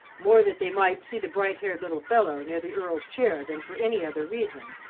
more that they might see the bright-haired little fellow near the earl's chair than for any other reason,